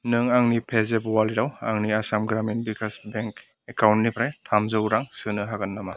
नों आंनि पेजेफ अवालेटवाव आंनि आसाम ग्रामिन भिकास बेंक एकाउन्टनिफ्राय थामजौ रां सोनो हागोन नामा